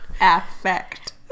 affect